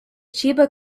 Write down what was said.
chiba